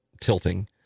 tilting